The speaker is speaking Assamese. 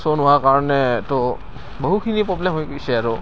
শ্ব' নোহোৱাৰ কাৰণে এইটো বহুখিনি প্ৰব্লেম হৈ গৈছে আৰু